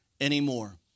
anymore